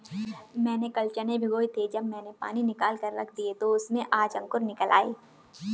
मैंने कल चने भिगोए थे जब मैंने पानी निकालकर रख दिया तो उसमें आज अंकुर निकल आए